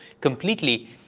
completely